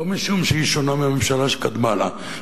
לא משום שהיא שונה מהממשלה שקדמה לה,